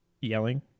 yelling